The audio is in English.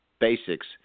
basics